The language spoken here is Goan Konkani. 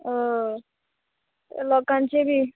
हय लोकांचे बी